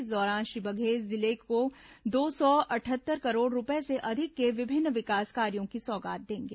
इस दौरान श्री बघेल जिले को दो सौ अड़सठ करोड़ रूपये से अधिक के विभिन्न विकास कार्यो की सौगात देंगे